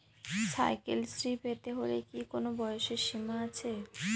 Cycle শ্রী পেতে হলে কি কোনো বয়সের সীমা আছে?